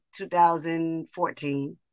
2014